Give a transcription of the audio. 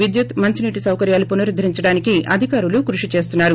విద్యుత్ మంచి నీటి సౌకర్యలు పునరుద్దరించడానికి అధికారులు కృషి చేసున్నారు